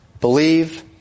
Believe